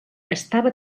estava